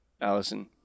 Allison